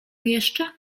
jeszcze